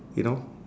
you know